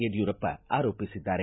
ಯಡ್ಜೂರಪ್ಪ ಆರೋಪಿಸಿದ್ದಾರೆ